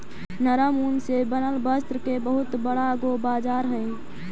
नरम ऊन से बनल वस्त्र के बहुत बड़ा गो बाजार हई